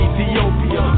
Ethiopia